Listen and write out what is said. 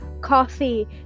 coffee